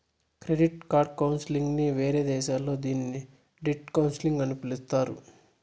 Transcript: credit counselling నే వేరే దేశాల్లో దీన్ని డెట్ కౌన్సిలింగ్ అని పిలుత్తారు